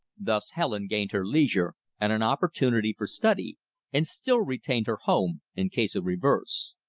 thus helen gained her leisure and an opportunity for study and still retained her home in case of reverse.